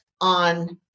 on